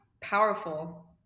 powerful